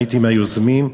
הייתי מהיוזמים,